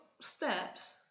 steps